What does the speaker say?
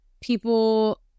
people